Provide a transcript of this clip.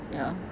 ya